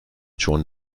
schon